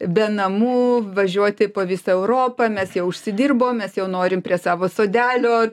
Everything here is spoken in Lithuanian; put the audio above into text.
be namų važiuoti po visą europą mes jau užsidirbom mes jau norim prie savo sodelio